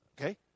okay